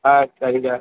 ஆ சரிங்கள்